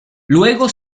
luego